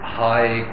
high